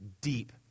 deep